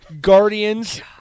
Guardians